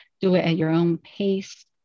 do-it-at-your-own-pace